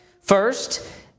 First